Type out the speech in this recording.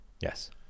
yes